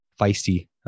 feisty